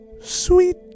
sweet